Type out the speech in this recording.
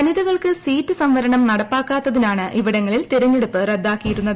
വനിതകൾക്ക് സീറ്റ് സംവരണം നടപ്പാക്കാത്തതിനാണ് ഇവിടങ്ങളിൽ തിരഞ്ഞെടുപ്പ് റദ്ദാക്കിയിരുന്നത്